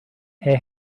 hey